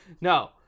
No